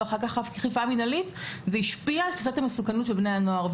ואחר כך אכיפה מנהלית זה השפיע על תפיסת המסוכנות של בני הנוער.